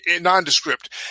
nondescript